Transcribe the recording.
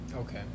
okay